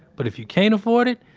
but if you can't afford it,